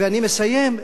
אני מסיים,